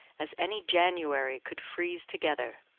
as any january could freeze together.